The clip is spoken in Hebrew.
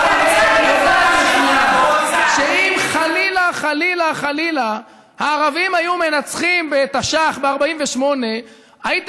את הרי מסרבת לגנות טרוריסטים שרוצחים יהודים רק כי הם